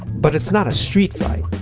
but it's not a street fight.